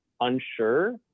unsure